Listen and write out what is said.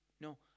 no